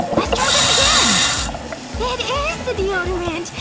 let's try this again it is the deodorant!